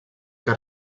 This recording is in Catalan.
que